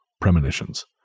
premonitions